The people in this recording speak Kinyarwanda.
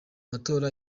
matora